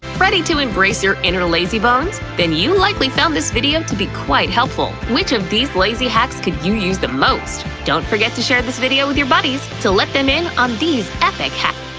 ready to embrace your inner lazy bones? then you likely found this video to be quite helpful! which of these lazy hacks could you use the most? don't forget to share this video with your buddies to let them in on these epic hacks.